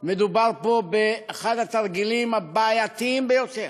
מדובר פה באחד התרגילים הבעייתיים ביותר.